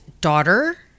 daughter